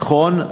נכון,